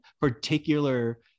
particular